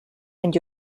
and